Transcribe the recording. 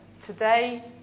today